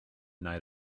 night